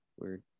Weird